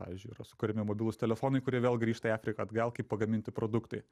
pavyzdžiui yra sukuriami mobilūs telefonai kurie vėl grįžta į afriką atgal kaip pagaminti produktai